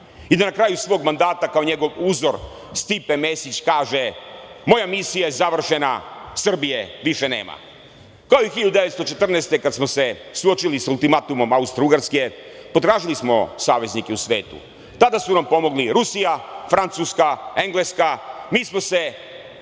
i da na kraju svog mandata kao njegov uzor Stipe Mesić kaže – moja misija je završena, Srbije više nema. Kao i 1914. godine kada smo se suočili sa ultimatumom Austrougarske, potražili smo saveznike u svetu. Tada su nam pomogli Rusija, Francuska, Engleska. Mi smo se